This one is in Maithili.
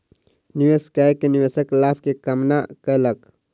निवेश कय के निवेशक लाभ के कामना कयलक